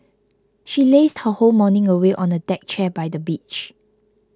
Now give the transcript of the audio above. she lazed her whole morning away on a deck chair by the beach